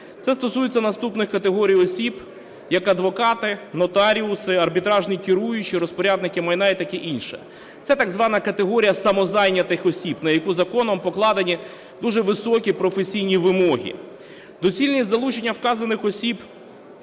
Це стосується наступних категорій осіб як адвокати, нотаріуси, арбітражні керуючі, розпорядники майна і таке інше. Це так звана категорія самозайнятих осіб, на яку законом покладені дуже високі професійні вимоги. Доцільність залучення вказаних осіб